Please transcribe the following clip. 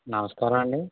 నమస్కారమండి